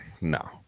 no